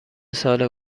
سال